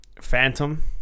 phantom